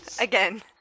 Again